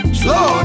slow